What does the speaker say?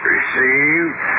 Received